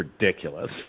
ridiculous